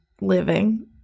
living